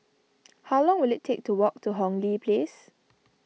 how long will it take to walk to Hong Lee Place